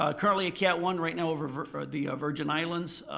ah currently a cat one right now over the ah virgin islands.